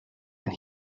and